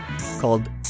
called